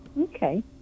Okay